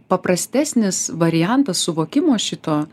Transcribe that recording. paprastesnis variantas suvokimo šito